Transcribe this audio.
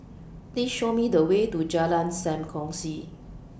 Please Show Me The Way to Jalan SAM Kongsi